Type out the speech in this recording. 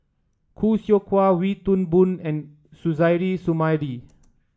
Khoo Seow Hwa Wee Toon Boon and Suzairhe Sumari